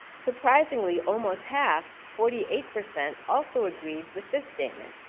surprisingly almost half, forty eight percent also agreed with this statement,